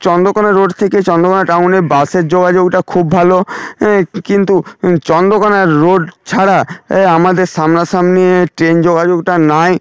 Chandrakona road থেকে চন্দ্রকোনা টাউনে বাসের যোগাযোগটা খুব ভালো কিন্তু চন্দ্রকোনা রোড ছাড়া এ আমাদের সামনাসামনি ট্রেন যোগাযোগটা নেই